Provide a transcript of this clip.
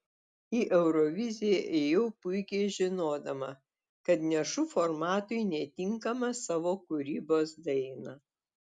į euroviziją ėjau puikiai žinodama kad nešu formatui netinkamą savo kūrybos dainą